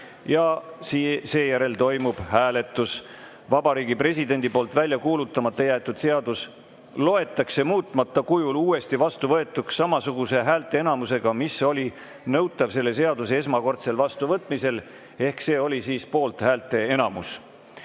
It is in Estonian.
Ja seejärel toimub hääletus. Vabariigi Presidendi poolt välja kuulutamata jäetud seadus loetakse muutmata kujul uuesti vastuvõetuks samasuguse häälteenamusega, mis oli nõutav selle seaduse esmakordsel vastuvõtmisel. Ehk see on poolthäälteenamus.